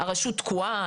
הרשות תקועה?